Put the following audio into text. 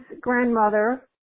grandmother